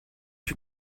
cru